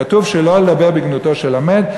כתוב שלא לדבר בגנותו של המת.